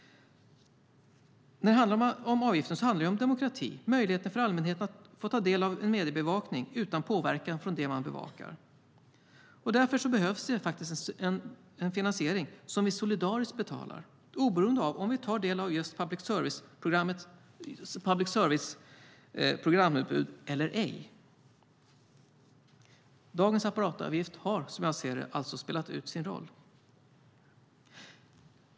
Det handlar om demokrati, möjligheten för allmänheten att få ta del av en mediebevakning utan påverkan från det man bevakar. Därför behövs en finansiering som vi solidariskt betalar, oberoende av om vi tar del av just public services programutbud eller ej. Dagens apparatavgift har alltså, som jag ser det, spelat ut sin roll.